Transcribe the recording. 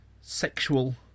sexual